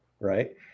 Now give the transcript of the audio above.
Right